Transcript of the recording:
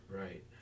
Right